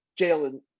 Jalen